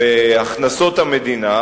בהכנסות המדינה,